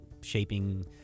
shaping